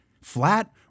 flat